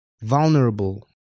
Vulnerable